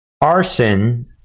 arson